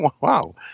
Wow